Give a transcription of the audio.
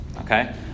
Okay